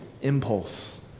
impulse